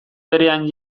berean